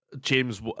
James